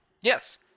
Yes